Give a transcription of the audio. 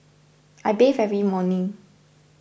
I bathe every morning